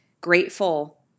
grateful